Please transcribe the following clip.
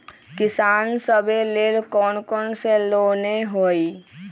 किसान सवे लेल कौन कौन से लोने हई?